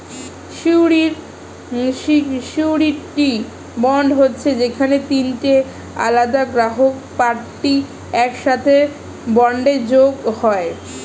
surety bond হচ্ছে যেখানে তিনটে আলাদা গ্রাহক পার্টি একসাথে বন্ডে যোগ হয়